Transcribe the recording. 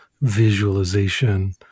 visualization